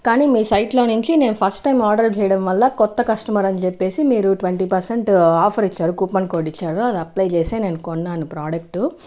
కానీ మీ సైట్లో నుంచి నేను ఫస్ట్ టైం ఆర్డర్ చేయడం వల్ల కొత్త కస్టమర్ అని చెప్పేసి మీరు ట్వంటీ పెర్సెంటేజ్ ఆఫర్ ఇచ్చారు కూపన్ కోడ్ ఇచ్చారు అది అప్లై చేసి నేను కొన్నాను ప్రోడక్టు